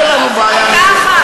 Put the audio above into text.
אין לנו בעיה עם זה.